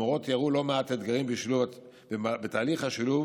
המורות תיארו לא מעט אתגרים בתהליך השילוב,